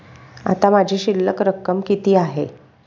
आता माझी शिल्लक रक्कम किती आहे?